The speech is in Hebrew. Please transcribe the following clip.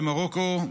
במרוקו,